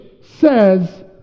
says